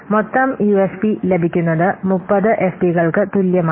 മൊത്തം യുഎഫ്പി ലഭിക്കുന്നത് 30 എഫ്പികൾക്ക് തുല്യമാണ്